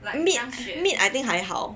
meat I think 还好